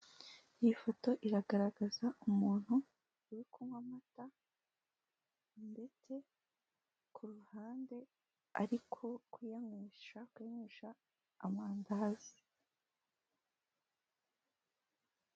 Iyi foto iragaragaza umuntu uri kunywa amata ndetse ku ruhande ariko kuyanywesha akayanywesha amandazi.